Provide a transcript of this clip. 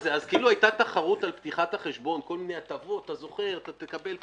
היתה תחרות על פתיחת החשבון, הטבות וכו'.